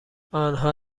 آنها